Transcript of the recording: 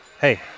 hey